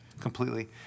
completely